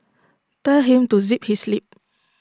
tell him to zip his lip